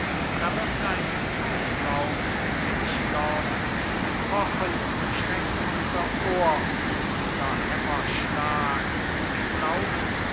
da wird ein auflauf in dem schloß ein pochen schreckt unser ohr und vieler hämmer schlag wir glauben